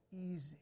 easy